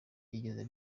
byigeze